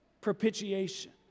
propitiation